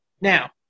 now